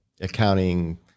accounting